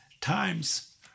times